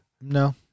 No